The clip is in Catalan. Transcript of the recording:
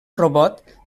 robot